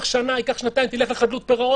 שהוא יעשה,